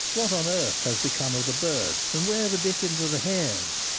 what on earth has become of the birds, and where the dickens are the hares?